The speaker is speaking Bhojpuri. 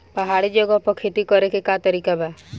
पहाड़ी जगह पर खेती करे के का तरीका बा?